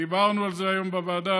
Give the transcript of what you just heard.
דיברנו על זה היום בוועדה,